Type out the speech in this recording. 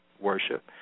worship